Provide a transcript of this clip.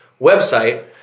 website